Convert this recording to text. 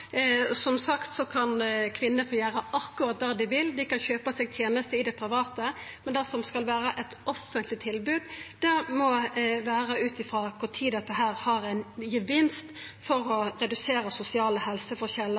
Som sagt kan kvinner få gjera akkurat det dei vil. Dei kan kjøpa seg tenester i det private, men det som skal vera eit offentleg tilbod, må vera vurdert ut frå når det har ein gevinst for å redusera sosiale